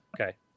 Okay